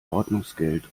ordnungsgeld